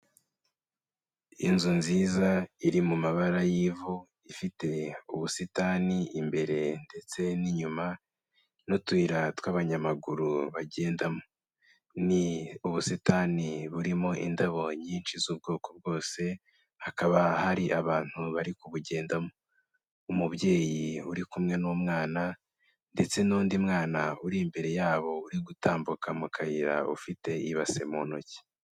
Inzu nziza iri mu mabara y'ivu ifite ubusitani imbere ndetse n'inyuma, n'utuyira tw'abanyamaguru bagendamo. Ni ubusitani burimo indabo nyinshi z'ubwoko bwose, hakaba hari abantu bari kubugendamo. Umubyeyi uri kumwe n'umwana, ndetse n'undi mwana uri imbere yabo uri gutambuka mu kayira ufite ibase mu ntoki.